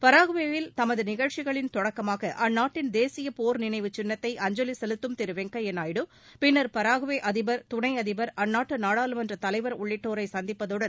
பராகுவேயில் தமது நிகழ்ச்சிகளின் தொடக்கமாக அந்நாட்டின் தேசிய போர் நினைவு சின்னத்தை அஞ்சலி செலுத்தும் திரு வெங்கையா நாயுடு பின்னா் பராகுவே அதிபா் துணை அதிபா் அந்நாட்டு நாடாளுமன்ற தலைவர் உள்ளிட்டோரை சந்திப்பதுடன்